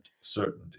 certainty